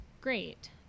great